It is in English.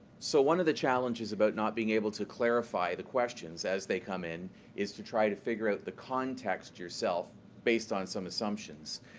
so one of the challenges about not being able to clarify the questions as they come in is to try to figure out the context yourself based on some assumptions.